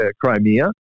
Crimea